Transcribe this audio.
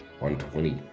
120